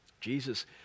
Jesus